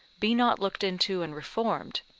be not looked into and reformed,